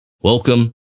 welcome